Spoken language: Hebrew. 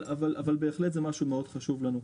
אבל זה בהחלט משהו מאוד חשוב לנו.